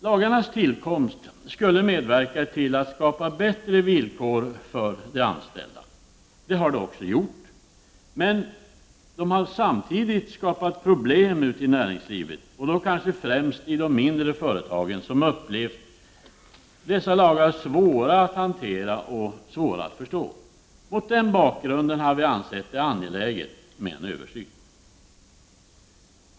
Lagarnas tillkomst skulle medverka till att skapa bättre villkor för de anställda, och det har de också gjort. Men de har samtidigt skapat problem i näringslivet, kanske främst i de mindre företagen, som upplevt dessa lagar som svåra att hantera och förstå. Mot den bakgrunden har vi ansett det angeläget med en översyn.